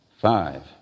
five